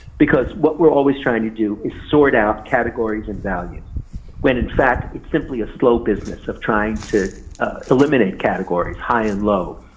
because what we're always trying to do is sort out. categories and values when in fact, it's simply a slow business of trying to eliminate categories high and low.